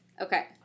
Okay